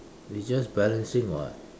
it's just balancing what